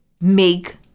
make